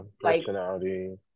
personality